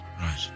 Right